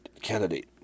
candidate